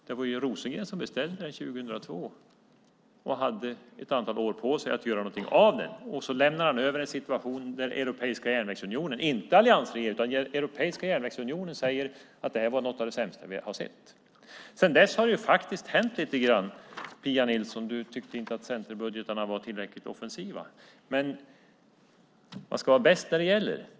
Det var ju Rosengren som beställde den 2002 och hade ett antal år på sig att göra någonting av detta, och så lämnade han över en situation som inte alliansregeringen utan den europeiska järnvägsunionen säger är något av det sämsta de har sett. Sedan dess har det faktiskt hänt lite grann. Pia Nilsson, du tyckte inte centerbudgetarna var tillräckligt offensiva, men man ska vara bäst när det gäller.